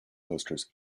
coasters